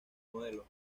modelo